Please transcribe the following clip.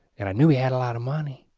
and i knew he had a lot of money.